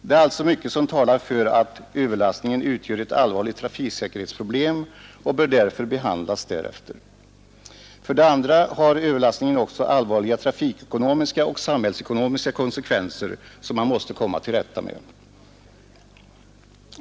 Det är alltså mycket som talar för att överlastning utgör ett allvarligt trafiksäkerhetsproblem och därför bör behandlas därefter. För det andra har överlastning också allvarliga trafikekonomiska och samhällsekonomiska konsekvenser som man måste komma till rätta med.